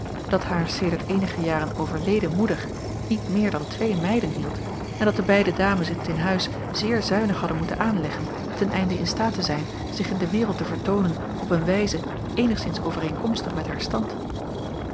dat haar sedert eenige jaren overleden moeder niet meer dan twee meiden hield en dat de beide dames t in huis zeer zuinig hadden moeten aanleggen ten einde in staat te zijn zich in de wereld te vertoonen op een wijze eenigszins overeenkomstig met haar stand